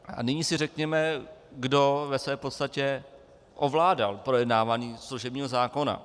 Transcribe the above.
A nyní si řekněme, kdo ve své podstatě ovládal projednávání služebního zákona.